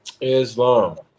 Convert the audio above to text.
Islam